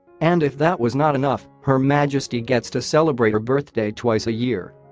and if that was not enough, her majesty gets to celebrate her birthday twice a year